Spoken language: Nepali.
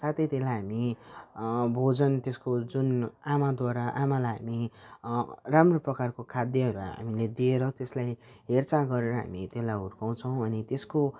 साथै त्यसलाई हामी भोजन त्यसको जुन आमाद्वारा आमालाई हामी राम्रो प्रकारको खाद्यहरू हामीले दिएर त्यसलाई हेरचाह गरेर हामी त्यसलाई हुर्काउँछौँ अनि त्यसको